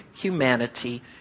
humanity